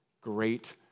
great